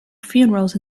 funerals